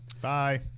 Bye